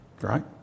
Right